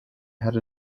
had